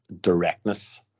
directness